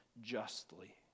justly